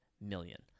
million